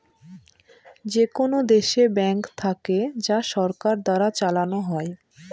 যেকোনো দেশে ব্যাঙ্ক থাকে যা সরকার দ্বারা চালানো হয়